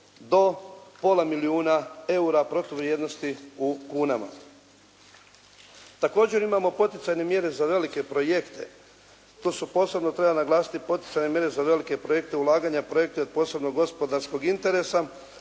do pola milijuna eura bruto vrijednosti u kunama. Također imamo poticajne mjere za velike projekte, to su posebno treba naglasiti poticajne mjere za velike projekte ulaganja, projekte od posebnog gospodarskog interesa